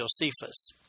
Josephus